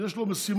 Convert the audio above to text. יש לו משימות.